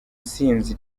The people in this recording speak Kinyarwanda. sinzi